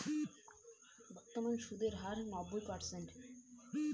সুদের হার কতটা?